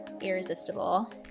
irresistible